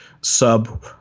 sub